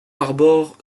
arbore